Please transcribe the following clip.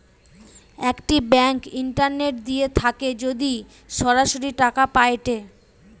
একটি bank internet দিয়ে থাকে যদি সরাসরি টাকা পায়েটে